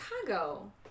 Chicago